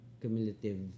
cumulative